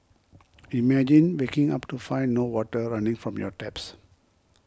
imagine waking up to find no water running from your taps